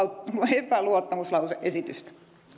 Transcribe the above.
epäluottamuslause esitystä